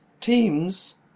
teams